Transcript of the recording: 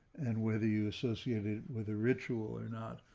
and whether you associate it with a ritual or not,